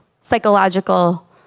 psychological